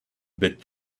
bit